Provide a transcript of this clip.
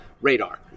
radar